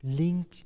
link